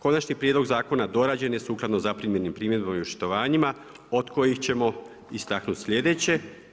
Konačni prijedlog zakona dorađen je sukladno zaprimljenim primjedbama i očitovanjima od kojih ćemo istaknuti sljedeće.